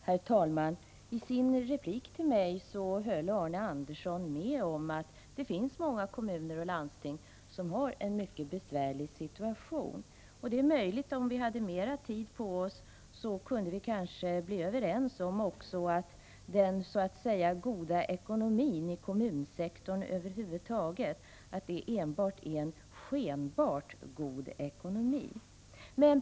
Herr talman! I sin replik till mig höll Arne Andersson med om att det finns många kommuner och landsting som har en mycket besvärlig situation. Om vi hade mera tid på oss, kunde vi kanske bli överens också om att den s.k. goda ekonomin i kommunsektorn över huvud taget enbart är en skenbart god ekonomi.